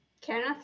Kenneth